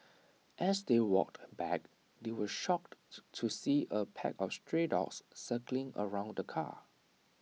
as they walked back they were shocked to see A pack of stray dogs circling around the car